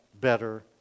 better